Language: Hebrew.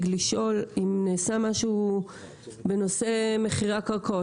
האם נעשה משהו במחירי הקרקעות?